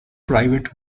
private